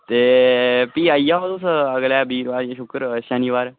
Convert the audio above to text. ते फ्ही आई आओ तुस अगले बीरबार जां शुक्र शनिबार